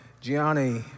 Gianni